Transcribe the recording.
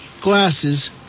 glasses